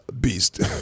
beast